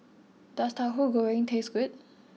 does Tahu Goreng taste good